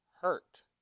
hurt